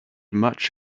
much